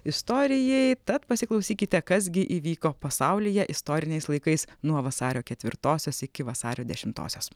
istorijai tad pasiklausykite kas gi įvyko pasaulyje istoriniais laikais nuo vasario ketvirtosios iki vasario dešimtosios